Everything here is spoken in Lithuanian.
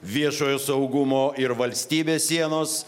viešojo saugumo ir valstybės sienos